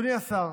אדוני השר,